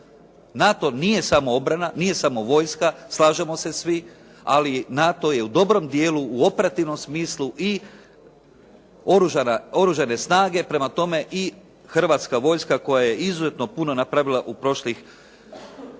NATO nije samo obrana, nije samo vojska, slažemo se svi, ali NATO je u dobrom dijelu u operativnom smislu i oružane snage. Prema tome i Hrvatska vojska koja je izuzetno puno napravila u prošlih 6,